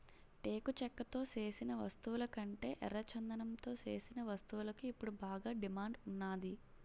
టేకు చెక్కతో సేసిన వస్తువులకంటే ఎర్రచందనంతో సేసిన వస్తువులకు ఇప్పుడు బాగా డిమాండ్ ఉన్నాది